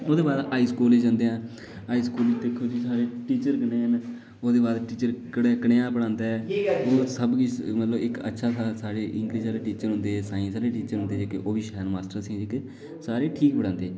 ओह्दे बाद high school जंदे ऐ दिक्खो जी साढ़े टीचर कनेह् न ओह्दे बाद टीचर कनेहा पढ़ांदा ऐ ओह् सब किश मतलब इक अच्छा था साढ़े इक जेह्ड़े टीचर होंदे हे साईंस आह्ले टीचर होंदे हे ओह् बी शैल मास्टर हे इक सारे ठीक पढ़ांदे हे